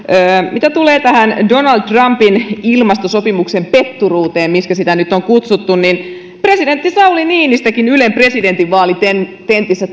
mitä tulee tähän donald trumpin ilmastosopimuksen petturuuteen miksikä sitä nyt on kutsuttu niin presidentti sauli niinistökin ylen presidentinvaalitentissä